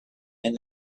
and